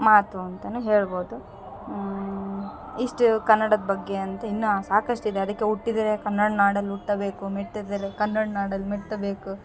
ಮಾತು ಅಂತಾ ಹೇಳ್ಬೋದು ಇಷ್ಟು ಕನ್ನಡದ ಬಗ್ಗೆ ಅಂತ ಇನ್ನು ಸಾಕಷ್ಟು ಇದೆ ಅದಕ್ಕೆ ಹುಟ್ಟಿದರೆ ಕನ್ನಡ ನಾಡಲ್ಲಿ ಹುಟ್ಟಬೇಕು ಮೆಟ್ಟಿದರೆ ಕನ್ನಡ ನಾಡಲ್ಲಿ ಮೆಟ್ಟಬೇಕು